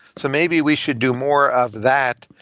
so maybe we should do more of that.